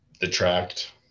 detract